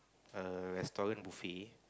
a restaurant buffet